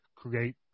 create